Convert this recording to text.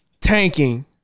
Tanking